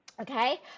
okay